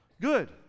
Good